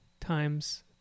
times